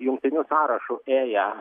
jungtiniu sąrašu ėję